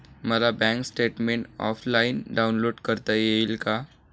मला bank statement offline download करता येईल का?